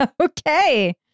Okay